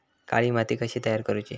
काळी माती कशी तयार करूची?